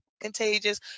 contagious